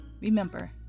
Remember